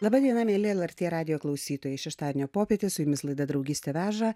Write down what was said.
laba diena mieli lrt radijo klausytojai šeštadienio popietė su jumis laida draugystė veža